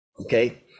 Okay